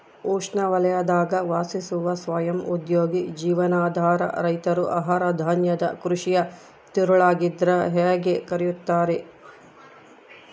ಉಷ್ಣವಲಯದಾಗ ವಾಸಿಸುವ ಸ್ವಯಂ ಉದ್ಯೋಗಿ ಜೀವನಾಧಾರ ರೈತರು ಆಹಾರಧಾನ್ಯದ ಕೃಷಿಯ ತಿರುಳಾಗಿದ್ರ ಹೇಗೆ ಕರೆಯುತ್ತಾರೆ